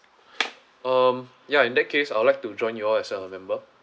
um yeah in that case I would like to join you all as a member